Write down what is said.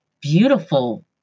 beautiful